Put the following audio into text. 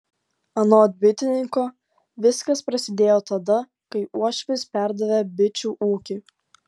anot bitininko viskas prasidėjo tada kai uošvis perdavė bičių ūkį